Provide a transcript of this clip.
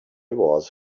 was